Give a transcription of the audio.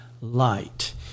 light